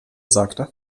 sagte